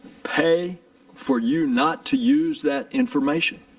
pay for you not to use that information?